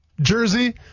jersey